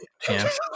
chance